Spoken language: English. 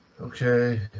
Okay